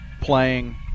playing